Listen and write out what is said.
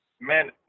Man